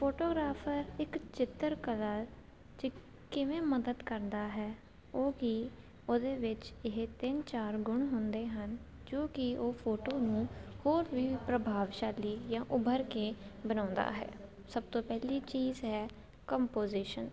photographer ਇੱਕ ਚਿੱਤਰ colour 'ਚ ਕਿਵੇਂ ਮਦਦ ਕਰਦਾ ਹੈ ਉਹ ਕੀ ਉਹਦੇ ਵਿੱਚ ਇਹ ਤਿੰਨ ਚਾਰ ਗੁਣ ਹੁੰਦੇ ਹਨ ਜੋ ਕਿ ਉਹ ਫੋਟੋ ਨੂੰ ਹੋਰ ਵੀ ਪ੍ਰਭਾਵਸ਼ਾਲੀ ਜਾਂ ਉਭਰ ਕੇ ਬਣਾਉਂਦਾ ਹੈ ਸਭ ਤੋਂ ਪਹਿਲੀ ਚੀਜ਼ ਹੈ ਕੰਪੋਜੀਸ਼ਨ